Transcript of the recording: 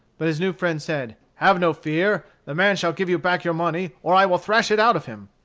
but his new friend said, have no fear. the man shall give you back your money, or i will thrash it out of him.